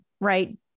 right